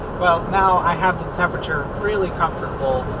well now i have the temperature really comfortable.